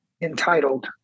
entitled